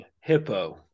Hippo